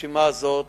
הרשימה הזאת